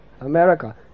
America